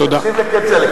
תקשיב לכצל'ה,